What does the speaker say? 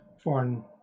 Foreign